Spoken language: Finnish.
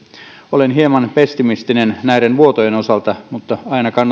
olen hieman pessimistinen näiden vuotojen osalta mutta aina kannattaa yrittää rangaistusten